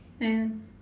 and